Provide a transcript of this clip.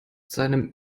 seinem